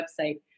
website